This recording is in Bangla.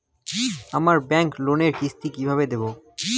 আমার ব্যাংক লোনের কিস্তি কি কিভাবে দেবো?